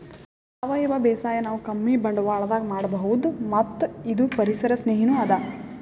ಸಾವಯವ ಬೇಸಾಯ್ ನಾವ್ ಕಮ್ಮಿ ಬಂಡ್ವಾಳದಾಗ್ ಮಾಡಬಹುದ್ ಮತ್ತ್ ಇದು ಪರಿಸರ್ ಸ್ನೇಹಿನೂ ಅದಾ